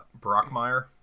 brockmeyer